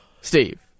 Steve